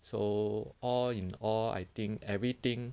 so all in all I think everything